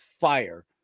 fire